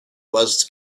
was